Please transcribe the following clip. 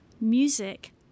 music